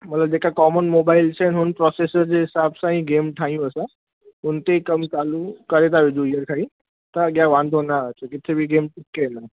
मतिलब जेका common mobiles आहिनि हुन प्रोसेस जे हिसाब सां ई गेम ठाहियूं असां हुनते ई कमु चालू करे था विझूं हिअंर खां ई त अॻियां वांदो न अचे किथे बि गेम चुपिके न